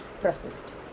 processed